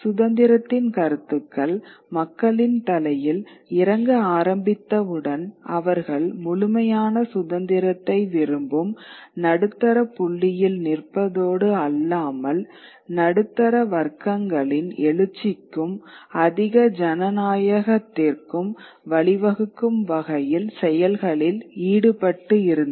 சுதந்திரத்தின் கருத்துக்கள் மக்களின் தலையில் இறங்க ஆரம்பித்தவுடன் அவர்கள் முழுமையான சுதந்திரத்தை விரும்பும் நடுத்தர புள்ளியில் நிற்பதோடு அல்லாமல் நடுத்தர வர்க்கங்களின் எழுச்சிக்கும் அதிக ஜனநாயகத்திற்கும் வழிவகுக்கும் வகையில் செயல்களில் ஈடுபட்டு இருந்தனர்